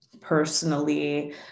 personally